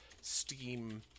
Steam